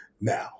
Now